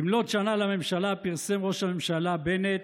במלאת שנה לממשלה פרסם ראש הממשלה בנט